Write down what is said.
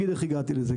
לייבוא,